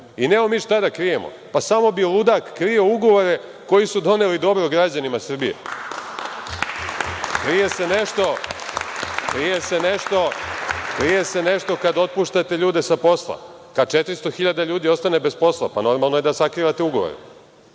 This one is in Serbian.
i nemamo mi šta da krijemo. Samo bi ludak krio ugovore koji su doneli dobro građanima Srbije. Krije se nešto kada otpuštate ljude sa posla. Kada 400.000 ljudi ostane bez posla normalno je da sakrivate ugovore.